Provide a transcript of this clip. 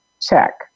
check